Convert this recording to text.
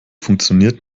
funktioniert